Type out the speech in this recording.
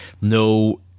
no